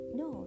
no